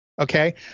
Okay